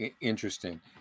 interesting